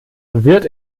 wird